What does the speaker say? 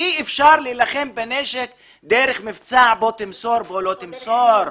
אי אפשר להילחם בנשק דרך מבצע של בוא תמסור או לא תמסור אותו.